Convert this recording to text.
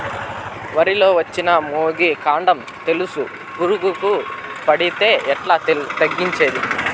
వరి లో వచ్చిన మొగి, కాండం తెలుసు పురుగుకు పడితే ఎట్లా తగ్గించేకి?